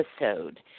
episode